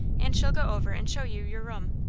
and she'll go over and show you your room.